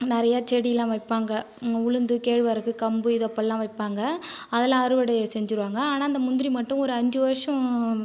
நிறைய செடிலாம் வைப்பாங்க உளுந்து கேழ்வரகு கம்பு இதை இப்படில்லாம் வைப்பாங்க அதலாம் அறுவடை செஞ்சுவிடுவாங்க ஆனால் அந்த முந்திரி மட்டும் ஒரு அஞ்சு வருடம்